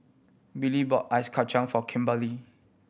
Billie bought ice kacang for Kimberely